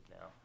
now